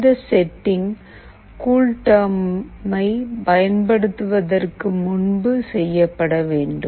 இந்த செட்டிங் கூல்டெர்மை பயன்படுத்துவதற்கு முன் செய்யப்பட வேண்டும்